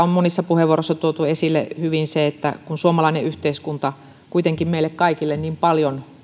on monissa puheenvuoroissa tuotu esille hyvin se että kun suomalainen yhteiskunta kuitenkin meille kaikille niin paljon